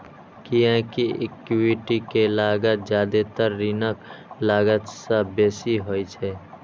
कियैकि इक्विटी के लागत जादेतर ऋणक लागत सं बेसी होइ छै